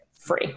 free